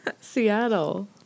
Seattle